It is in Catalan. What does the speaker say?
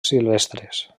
silvestres